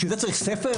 בשביל זה צריך ספר?